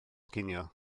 cinio